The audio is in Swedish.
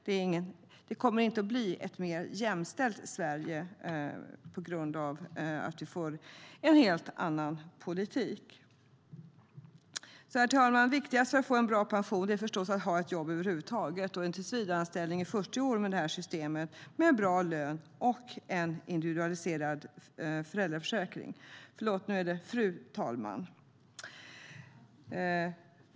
Det kommer inte att bli ett mer jämställt Sverige på grund av att vi får en helt annan politik. Fru talman! Viktigast för att få en bra pension är förstås att ha ett jobb över huvud taget och en tillsvidareanställning i 40 år med det här systemet med en bra lön och en individualiserad föräldraförsäkring.